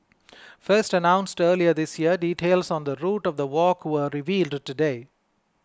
first announced earlier this year details on the route of the walk were revealed today